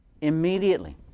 immediately